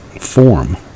form